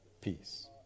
peace